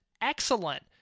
excellent